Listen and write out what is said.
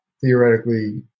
theoretically